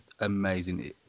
amazing